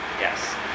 Yes